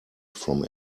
from